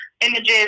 images